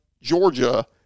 Georgia